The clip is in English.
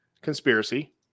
conspiracy